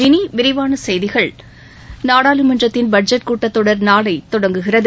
இனி விரிவான செய்திகள் நாடாளுமன்றத்தின் பட்ஜெட் கூட்டத் தொடர் நாளை தொடங்குகிறது